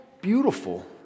beautiful